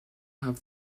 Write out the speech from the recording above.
have